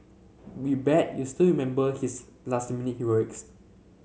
we bet you still remember his last minute heroics